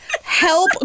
help